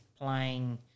playing